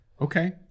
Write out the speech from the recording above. Okay